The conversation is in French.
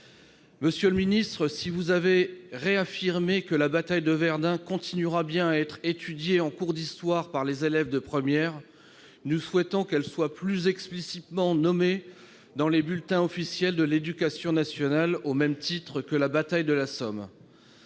Monsieur le ministre, si vous avez réaffirmé que la bataille de Verdun continuerait bien à être étudiée en cours d'histoire par les élèves de première, nous souhaitons qu'elle soit plus explicitement nommée dans le, au même titre que la bataille de la Somme.